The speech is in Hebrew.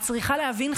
את צריכה להבין,